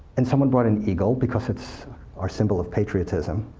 and someone brought an eagle, because it's our simple of patriotism.